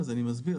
אז אני מסביר,